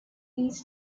these